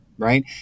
Right